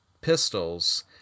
pistols